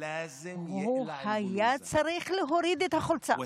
הוא היה צריך להוריד את החולצה,